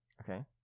Okay